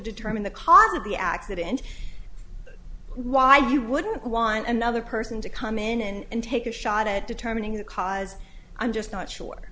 determine the cause of the accident why you wouldn't want another person to come in and take a shot at determining the cause i'm just not sure